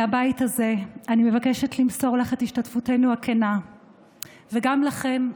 מהבית הזה אני מבקשת למסור לך את השתתפותנו הכנה וגם לכם,